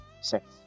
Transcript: sex